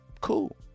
Cool